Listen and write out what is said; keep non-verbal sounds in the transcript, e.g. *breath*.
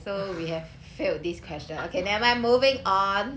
*breath* *laughs*